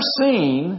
seen